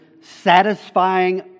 satisfying